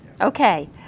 Okay